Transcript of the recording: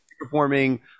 performing